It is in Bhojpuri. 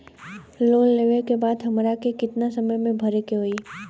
लोन लेवे के बाद हमरा के कितना समय मे भरे के होई?